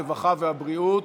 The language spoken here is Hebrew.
הרווחה והבריאות.